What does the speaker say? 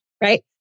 right